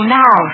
now